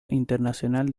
internacional